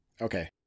okay